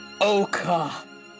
Oka